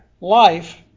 life